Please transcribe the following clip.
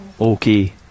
Okay